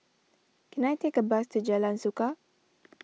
can I take a bus to Jalan Suka